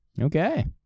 Okay